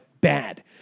bad